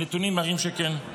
הנתונים מראים שכן,